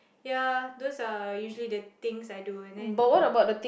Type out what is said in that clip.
ya those are usually the things I do and then